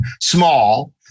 small